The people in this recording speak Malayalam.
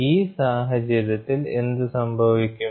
ഈ സാഹചര്യത്തിൽ എന്ത് സംഭവിക്കും